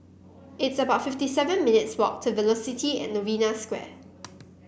it's about fifty seven minutes' walk to Velocity At Novena Square